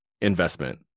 investment